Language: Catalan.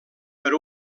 per